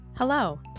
Hello